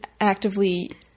actively